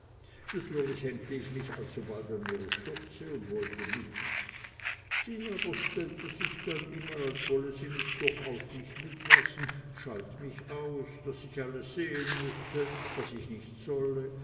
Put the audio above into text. natürlich hängte ich mich alsobald an ihre schürze und wollte mit sie aber stellte sich dann immer als wollte sie mich durchaus nicht mitlassen schalt mich aus daß ich alles sehen müsse was ich nicht solle